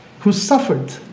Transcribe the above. who suffered,